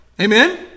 Amen